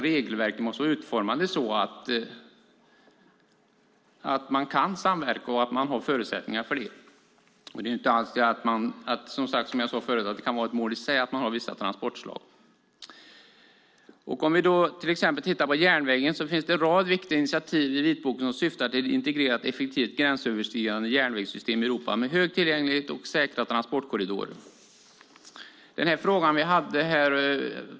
Regelverken måste vara utformade på ett sådant sätt att man kan samverka och har förutsättningar för det. Som jag sade förut kan det vara ett mål i sig att man har vissa transportslag. Om vi tittar på järnvägen finns det en rad viktiga initiativ i vitboken som syftar till ett integrerat och effektivt gränsöverskridande järnvägssystem i Europa med stor tillgänglighet och säkra transportkorridorer.